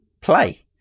play